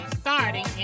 starting